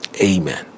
amen